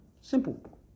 Simple